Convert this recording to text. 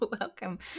welcome